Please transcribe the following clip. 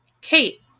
Kate